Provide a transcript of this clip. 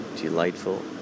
Delightful